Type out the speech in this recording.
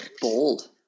bold